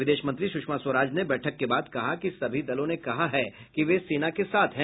विदेश मंत्री सुषमा स्वराज ने बैठक के बाद कहा कि सभी दलों ने कहा है कि वे सेना के साथ हैं